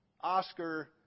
Oscar